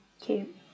cute